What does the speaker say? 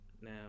Now